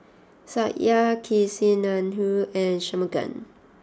Satya Kasinadhuni and Shunmugam